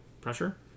pressure